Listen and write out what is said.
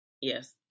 Yes